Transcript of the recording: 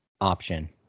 option